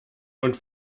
und